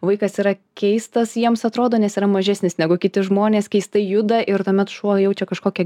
vaikas yra keistas jiems atrodo nes yra mažesnis negu kiti žmonės keistai juda ir tuomet šuo jaučia kažkokią